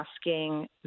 asking